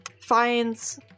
Finds